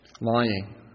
Lying